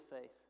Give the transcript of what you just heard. faith